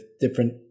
different